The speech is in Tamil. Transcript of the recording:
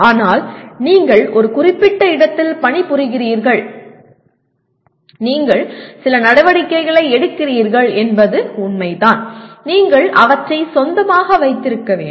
ஆனால் நீங்கள் ஒரு குறிப்பிட்ட இடத்தில் பணிபுரிகிறீர்கள் நீங்கள் சில நடவடிக்கைகளை எடுக்கிறீர்கள் என்பது உண்மைதான் நீங்கள் அவற்றை சொந்தமாக வைத்திருக்க வேண்டும்